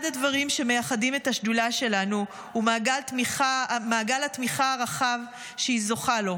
אחד הדברים שמייחדים את השדולה שלנו הוא מעגל התמיכה הרחב שהיא זוכה לו.